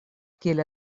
kiel